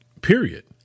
period